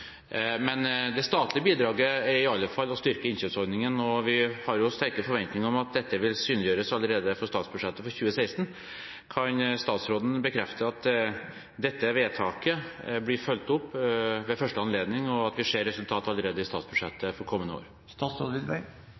Det statlige bidraget er i alle fall å styrke innkjøpsordningen, og vi har sterke forventninger om at dette vil synliggjøres allerede i statsbudsjettet for 2016. Kan statsråden bekrefte at dette vedtaket blir fulgt opp ved første anledning, og at vi vil se resultater allerede i statsbudsjettet for kommende år?